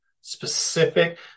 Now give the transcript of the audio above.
specific